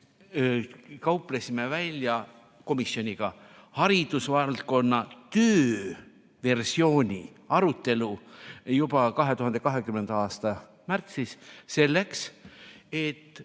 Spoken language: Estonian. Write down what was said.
kauplesime komisjoniga haridusvaldkonna tööversiooni arutelu välja juba 2020. aasta märtsis, selleks et